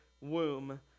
womb